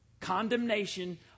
Condemnation